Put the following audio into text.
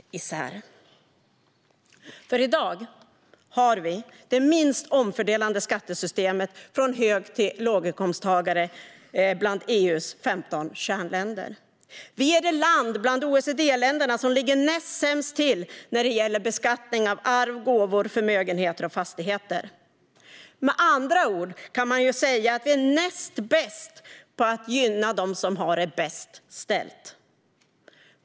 I dag har vi det minst omfördelande skattesystemet från hög till låginkomsttagare bland EU:s 15 kärnländer. Sverige är det land bland OECD-länderna som ligger näst sämst till när det gäller beskattning av arv, gåvor, förmögenheter och fastigheter. Med andra ord: Vi är näst bäst på att gynna dem som har det bäst ställt.